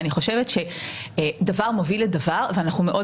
אני חושבת שדבר מוביל לדבר ואנחנו מאוד